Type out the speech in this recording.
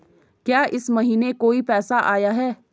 क्या इस महीने कोई पैसा आया है?